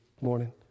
morning